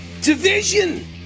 division